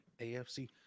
AFC